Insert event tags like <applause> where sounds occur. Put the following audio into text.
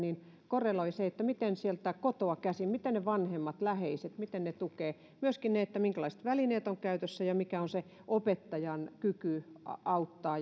korreloi se miten sieltä kotoa käsin miten vanhemmat läheiset tukevat myöskin että minkälaiset välineet ovat käytössä ja mikä on se opettajan kyky auttaa <unintelligible>